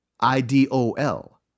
I-D-O-L